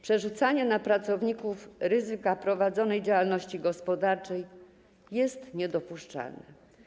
Przerzucanie na pracowników ryzyka prowadzonej działalności gospodarczej jest niedopuszczalne.